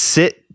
sit